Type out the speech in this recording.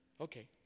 Okay